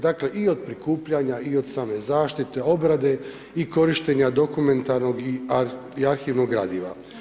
Dakle i od prikupljanja i od same zaštite, obrade i korištenja dokumentarnog i arhivnog gradiva.